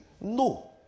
No